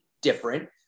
different